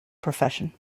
profession